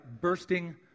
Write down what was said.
bursting